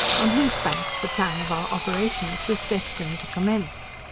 on whose banks the plan of our operations was destined to commence.